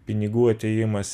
pinigų atėjimas